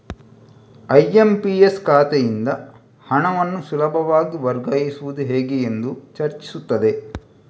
IMPS ಖಾತೆಯಿಂದ ಹಣವನ್ನು ಸುಲಭವಾಗಿ ವರ್ಗಾಯಿಸುವುದು ಹೇಗೆ ಎಂದು ಚರ್ಚಿಸುತ್ತದೆ